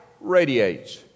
radiates